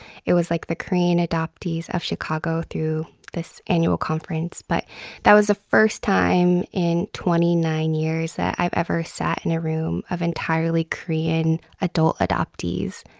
it was, like, the korean adoptees of chicago through this annual conference, but that was the first time in twenty nine years that i've ever sat in a room of entirely korean adult adoptees.